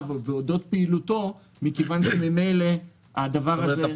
ואודות פעילותו מכיוון שממילא הדבר הזה ידוע.